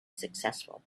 successful